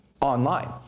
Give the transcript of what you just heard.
online